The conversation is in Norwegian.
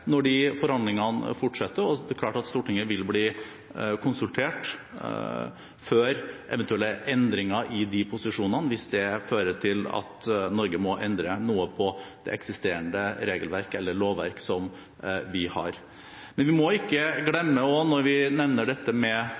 når forhandlingene fortsetter. Det er klart at Stortinget vil bli konsultert før eventuelle endringer i disse posisjonene hvis det fører til at Norge må endre noe på det eksisterende regelverk eller lovverk. Vi må heller ikke glemme når vi nevner dette med